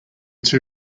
two